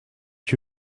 que